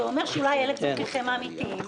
זה אומר שאולי אלה צרכיכם האמיתיים.